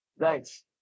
Thanks